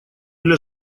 для